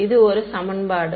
இது ஒரு சமன்பாடு